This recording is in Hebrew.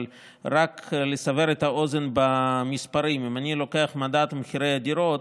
אבל רק לסבר את האוזן עם המספרים: אם אני לוקח את מדד מחירי הדירות